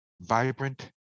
vibrant